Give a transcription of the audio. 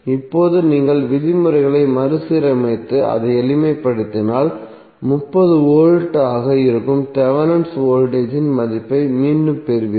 இப்போது நீங்கள் விதிமுறைகளை மறுசீரமைத்து அதை எளிமைப்படுத்தினால் 30V ஆக இருக்கும் தேவெனின் வோல்டேஜ் இன் மதிப்பை மீண்டும் பெறுவீர்கள்